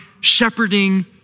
shepherding